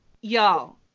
y'all